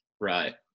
Right